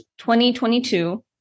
2022